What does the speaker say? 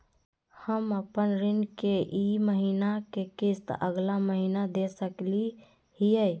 हम अपन ऋण के ई महीना के किस्त अगला महीना दे सकी हियई?